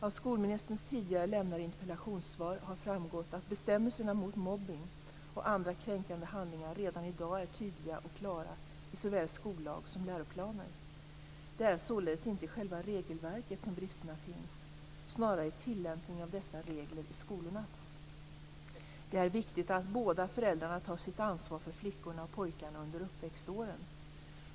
Av skolministerns tidigare lämnade interpellationssvar har framgått att bestämmelserna mot mobbning och andra kränkande handlingar redan i dag är tydliga och klara i såväl skollag som läroplaner. Det är således inte i själva regelverket som bristerna finns, snarare i tillämpningen av dessa regler i skolorna. Det är viktigt att båda föräldrarna tar sitt ansvar för flickorna och pojkarna under uppväxtåren.